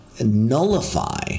nullify